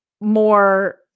more